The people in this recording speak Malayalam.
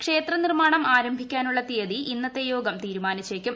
ക്ഷേത്ര നിർമ്മാണം ആരംഭിക്കാനുള്ള തീയതി ഇന്നത്തെ യോഗം തീരുമാനിച്ചേക്കും